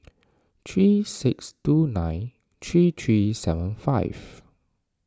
three six two nine three three seven five